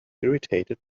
irritated